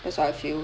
that's what I feel